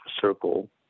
circle